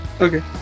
Okay